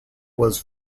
was